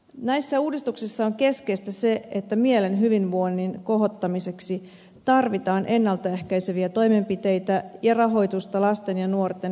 näissä uudistuksissa on keskeistä se että mielen hyvinvoinnin kohottamiseksi tarvitaan ennalta ehkäiseviä toimenpiteitä ja rahoitusta lasten ja nuorten mielenterveyspalveluihin